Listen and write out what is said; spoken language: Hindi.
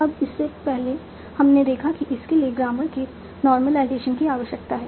अब इससे पहले हमने देखा है कि इसके लिए ग्रामर के नॉर्मलाइजेशन की आवश्यकता है